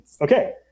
Okay